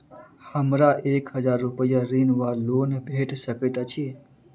हमरा एक हजार रूपया ऋण वा लोन भेट सकैत अछि?